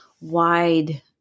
wide